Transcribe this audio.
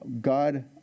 God